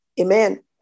Amen